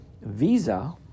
Visa